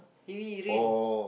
heavy rain